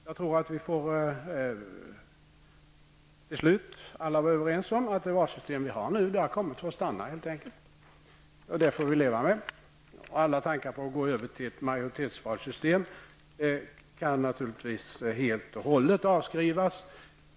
Jag tror att vi alla till slut får vara överens om att det valsystem vi har nu har kommit för att stanna. Det får vi leva med. Alla tankar på att gå över till ett majoritetsvalssystem kan naturligtvis helt och hållet avskrivas.